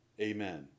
Amen